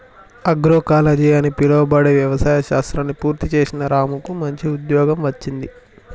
agroecology అని పిలువబడే వ్యవసాయ శాస్త్రాన్ని పూర్తి చేసిన రాముకు మంచి ఉద్యోగం వచ్చింది